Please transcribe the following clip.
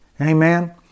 Amen